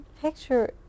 picture